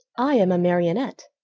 i am a marionette.